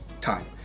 time